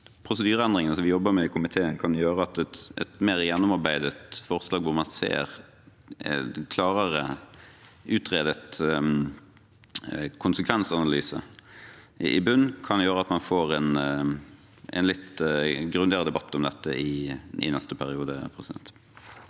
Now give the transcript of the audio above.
prosedyreendringene som vi jobber med i komiteen, kan gjøre at vi får et mer gjennomarbeidet forslag, hvor en klarere utredet konsekvensanalyse i bunnen kan gjøre at man får en litt grundigere debatt om dette i neste periode. Frode